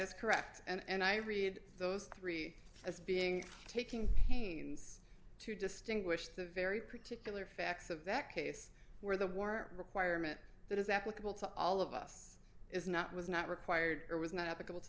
is correct and i read those three as being taking pains to distinguish the very particular facts of that case where the war requirement that is applicable to all of us is not was not required or was not a